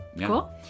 Cool